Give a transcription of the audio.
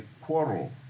quarrel